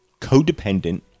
codependent